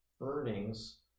earnings